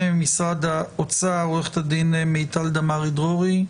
משרד האוצר עו"ד מיטל דמרי-דרורי.